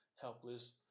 helpless